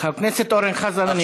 חבר הכנסת אורן חזן,